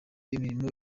imirimo